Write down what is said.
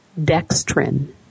dextrin